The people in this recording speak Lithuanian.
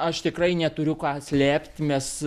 aš tikrai neturiu ką slėpt mes